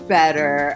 better